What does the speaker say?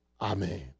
amen